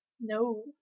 No